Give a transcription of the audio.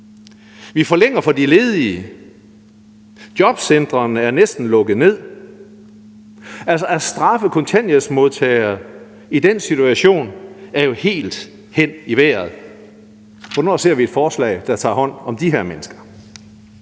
Vi forlænger for de ledige. Jobcentrene er næsten lukket ned. Altså, at straffe kontanthjælpsmodtagere i den situation er jo helt hen i vejret. Hvornår ser vi et forslag, der tager hånd om de mennesker?